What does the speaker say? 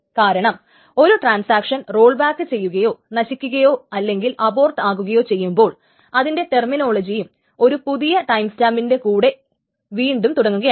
കാരണം ഒരു transaction rollback ചെയ്യുകയോ നശിക്കുകയോ അല്ലെങ്കിൽ അബോർട്ട് ആക്കുകയൊ ചെയ്യുമ്പോൾ അതിന്റെ ടെർമിനോളജിയും ഒരു പുതിയ ടൈം സ്റ്റാബിന്റെ കൂടെ വീണ്ടും തുടങ്ങുകയാണ്